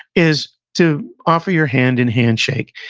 is to offer your hand in handshake,